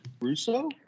Russo